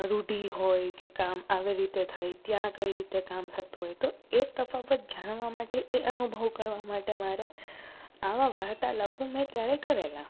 રૂઢિ હોય કે કામ આવી રીતે થાય ત્યાં કઈ રીતે કામ થતું હોય તો એ તફાવત જાણવા માટે એ અનુભવ કરવા માટે મારે આવા વાર્તાલાપો મેં ત્યારે કરેલા